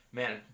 man